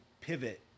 pivot